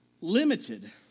limited